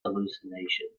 hallucinations